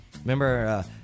Remember